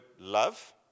love